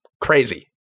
crazy